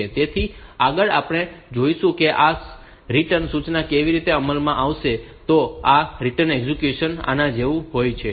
તેથી આગળ આપણે જોઈશું કે આ રીટર્ન સૂચના કેવી રીતે અમલમાં આવે છે તો આ રીટર્ન એક્ઝેક્યુશન આના જેવું હોય છે